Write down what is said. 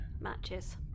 Matches